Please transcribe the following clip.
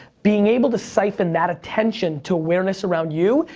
being able to siphon that attention to awareness around you,